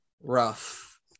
rough